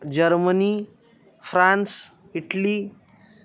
Germany France Italy